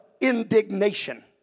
indignation